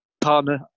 partner